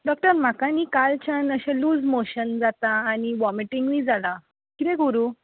doctor म्हाका न्हय कालच्यान अशें लूज मॉशन जाता आनी वोमेटींगूय जालां कितें करूं